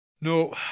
No